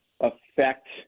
affect